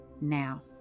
now